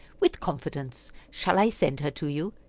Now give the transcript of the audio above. with confidence. shall i send her to you?